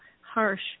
harsh